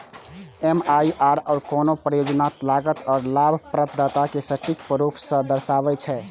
MIRR कोनो परियोजनाक लागत आ लाभप्रदता कें सटीक रूप सं दर्शाबै छै